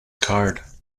card